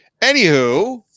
anywho